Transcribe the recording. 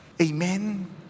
Amen